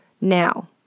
Now